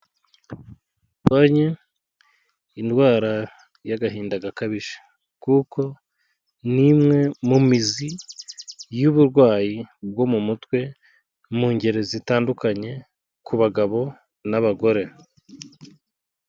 Turwanye indwara y' agahinda gakabije .Kuko n'imwe mu mizi y' uburwayi bwo mu mutwe , mu ngeri zitandukanye ku bagabo n' abagore.